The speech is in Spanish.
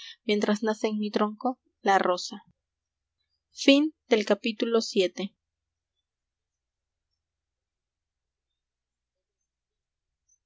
mientras nace en mi tronco la rosa